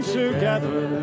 together